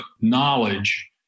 knowledge